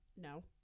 No